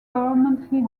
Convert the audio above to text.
permanently